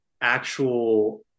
actual